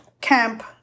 Camp